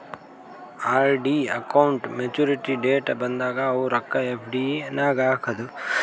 RD account maturity date ಬಂದಾಗ ಅವು ರೊಕ್ಕಾ ಎಫ್.ಡಿ ನಾಗ್ ಹಾಕದು